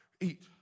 eat